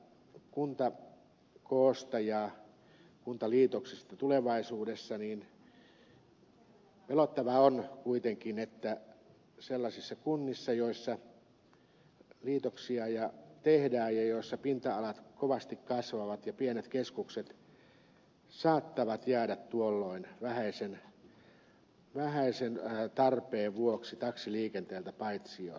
tuosta kuntakoosta ja kuntaliitoksista tulevaisuudessa niin pelottavaa on kuitenkin että sellaisissa kunnissa joissa liitoksia tehdään ja joissa pinta alat kovasti kasvavat pienet keskukset saattavat jäädä tuolloin vähäisen tarpeen vuoksi taksiliikenteeltä paitsioon